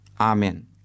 Amen